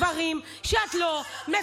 אבל אל תתעסקי בדברים שאת לא מבינה.